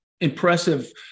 impressive